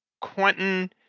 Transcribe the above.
Quentin